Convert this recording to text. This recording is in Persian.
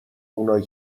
اونایی